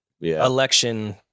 Election